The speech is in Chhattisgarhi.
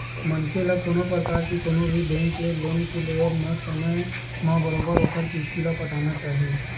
मनखे ल कोनो परकार के कोनो भी बेंक ले लोन के लेवब म समे म बरोबर ओखर किस्ती ल पटाना चाही